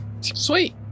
Sweet